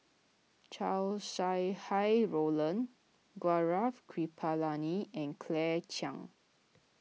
Chow Sau Hai Roland Gaurav Kripalani and Claire Chiang